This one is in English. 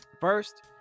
First